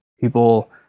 people